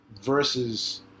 versus